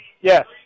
Yes